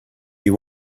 you